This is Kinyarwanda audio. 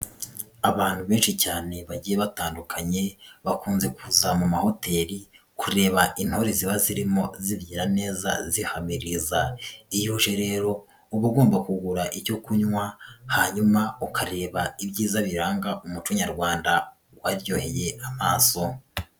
Abantu benshi cyane bagiye batandukanye, bakunze kuza mu mahoteli, kureba intore ziba zirimo zibyina neza zihamiriza, iyo uje rero, uba ugomba kugura icyo kunywa, hanyuma ukareba ibyiza biranga umuco nyarwanda, waryoheye amaso.